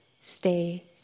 stay